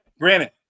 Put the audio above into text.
granted